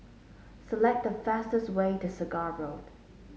select the fastest way to Segar Road